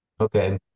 Okay